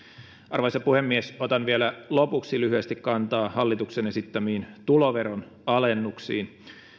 arvoisa puhemies otan vielä lopuksi lyhyesti kantaa hallituksen esittämiin tulonveronalennuksiin